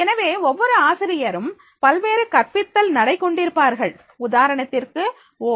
எனவே ஒவ்வொரு ஆசிரியரும் பல்வேறு கற்பித்தல் நடை கொண்டிருப்பார்கள் உதாரணத்திற்கு ஓ